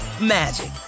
magic